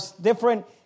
different